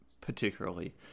particularly